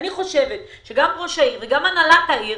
אני חושבת שגם ראש העיר וגם הנהלת העיר